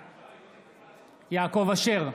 בעד יעקב אשר,